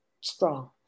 strong